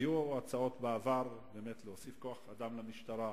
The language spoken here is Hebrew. היו הצעות בעבר להוסיף כוח-אדם למשטרה,